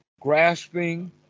grasping